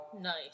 Nice